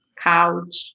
couch